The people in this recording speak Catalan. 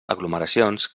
aglomeracions